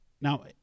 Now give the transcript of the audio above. Now